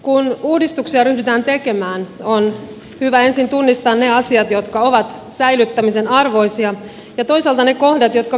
kun uudistuksia ryhdytään tekemään on hyvä ensin tunnistaa ne asiat jotka ovat säilyttämisen arvoisia ja toisaalta ne kohdat jotka kaipaavat muutosta